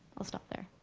i'll stop there.